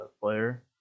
player